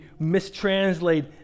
mistranslate